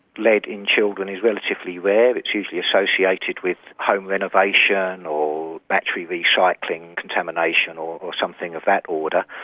lead in children is relatively rare it's usually associated with home renovation, or battery recycling contamination or or something of that order.